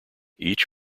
each